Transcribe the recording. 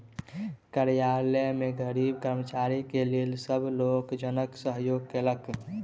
कार्यालय में गरीब कर्मचारी के लेल सब लोकजन सहयोग केलक